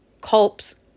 culps